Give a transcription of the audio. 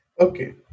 Okay